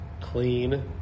clean